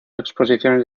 exposiciones